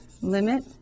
limit